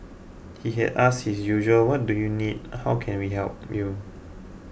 he had asked his usual what do you need how can we help you